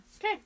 Okay